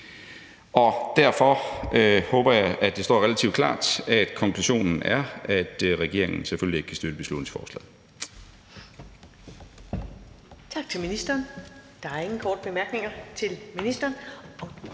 Derfor håber jeg, at det står relativt klart, at konklusionen er, at regeringen selvfølgelig ikke kan støtte beslutningsforslaget.